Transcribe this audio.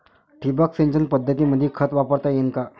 ठिबक सिंचन पद्धतीमंदी खत वापरता येईन का?